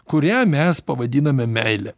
kurią mes pavadiname meile